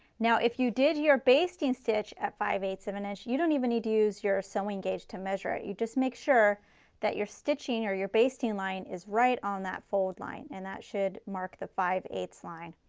now if you did you're basting stitch at five eighths of an inch, you don't even need to use your sewing gauge to measure it. you're just make sure that you're stitching or you're basting line is right on that fold line and that should mark the five eighths line.